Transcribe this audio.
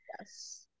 Yes